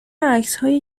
عکسهای